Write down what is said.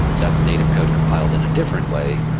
that's native code compiled in a different way.